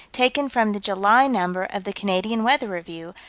taken from the july number of the canadian weather review,